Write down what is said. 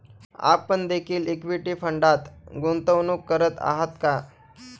आपण देखील इक्विटी फंडात गुंतवणूक करत आहात का?